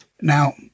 Now